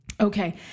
Okay